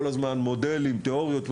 מציגים כל הזמן מודלים, תיאוריות.